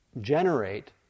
generate